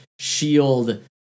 shield